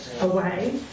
away